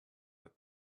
that